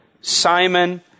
Simon